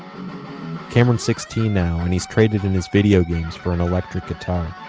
cameron's sixteen now and he's traded in his video games for an electric guitar.